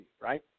right